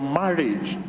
marriage